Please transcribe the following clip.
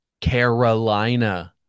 Carolina